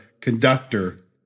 conductor